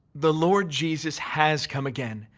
the lord jesus has come again.